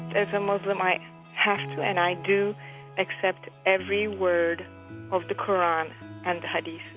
as a muslim, i have to and i do accept every word of the qur'an and the hadith.